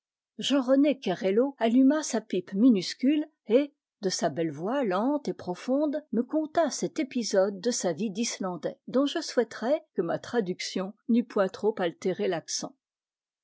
jean rené kerello alluma sa pipe minuscule et de sa belle voix lente et profonde me conta cet épisode de sa vie d'islandais dont je souhaiterais que ma traduction n'eût point trop altéré l'accent